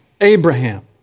Abraham